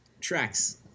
Tracks